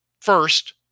First